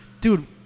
Dude